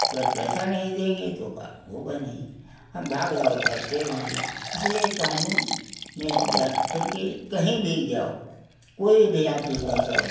अगर पैसा नहीं देंगे तो काम होगा नहीं हम भाग दौड़ करते रहेंगे इसलिए कानून में जाकर के कहीं भी जाओ कोई भी आफिस में जाओ